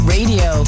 Radio